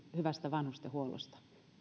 hyvästä vanhustenhuollosta